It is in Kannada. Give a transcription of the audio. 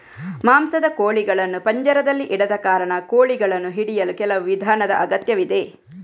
ಮಾಂಸದ ಕೋಳಿಗಳನ್ನು ಪಂಜರದಲ್ಲಿ ಇಡದ ಕಾರಣ, ಕೋಳಿಗಳನ್ನು ಹಿಡಿಯಲು ಕೆಲವು ವಿಧಾನದ ಅಗತ್ಯವಿದೆ